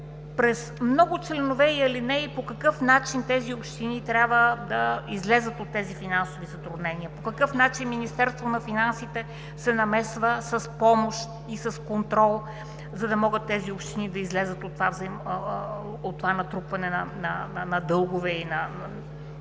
през много членове и алинеи по какъв начин тези общини трябва да излязат от тези финансови затруднения, по какъв начин Министерството на финансите се намесва с помощ и с контрол, за да могат тези общини да излязат от това натрупване на дългове и на